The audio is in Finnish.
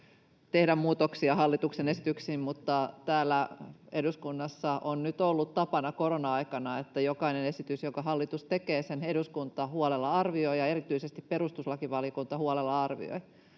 tehdä muutoksia hallituksen esityksiin, mutta täällä eduskunnassa on ollut tapana nyt korona-aikana, että jokaisen esityksen, jonka hallitus tekee, eduskunta huolella arvioi ja erityisesti perustuslakivaliokunta huolella arvioi.